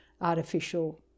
artificial